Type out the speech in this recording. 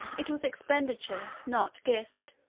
it was expenditure, not gift.